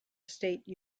state